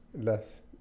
Less